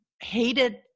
hated